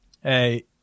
hey